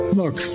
look